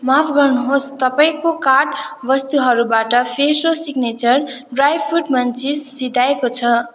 माफ गर्नुहोस् तपाईँको कार्ट वस्तुहरूबाट Freso signature dry fruit munchies सिद्धाएको छ